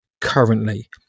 currently